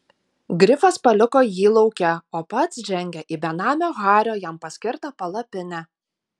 grifas paliko jį lauke o pats žengė į benamio hario jam paskirtą palapinę